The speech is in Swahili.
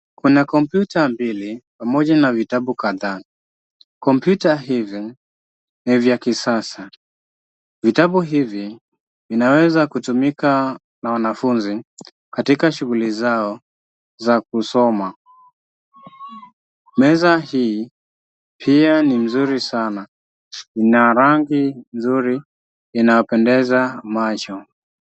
Kuna kompyuta mbili pamoja na vitabu kadhaa. Kompyuta hivi ni vya kisasa. Vitabu hivi vinaweza kutumika na wanafunzi katika shughuli zao za kusoma. Meza hii pia ni mzuri sana. Ina rangi nzuri inayopendeza macho.